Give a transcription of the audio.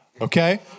Okay